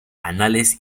anales